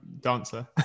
dancer